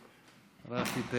בינואר השנה ועדת